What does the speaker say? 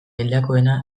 hildakoena